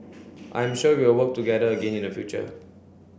I am sure we will work together again in the future